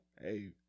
Hey